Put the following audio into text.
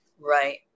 Right